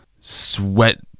sweat